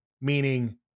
Meaning